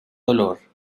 dolor